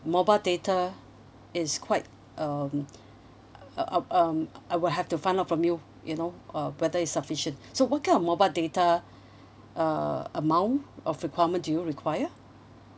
mobile data is quite um uh um um I will have to find out from you you know uh whether is sufficient so what kind of mobile data uh amount of requirement do you require